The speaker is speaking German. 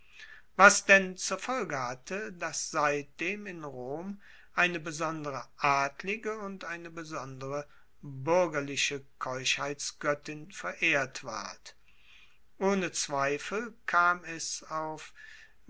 was denn zur folge hatte dass seitdem in rom eine besondere adlige und eine besondere buergerliche keuschheitsgoettin verehrt ward ohne zweifel kam es auf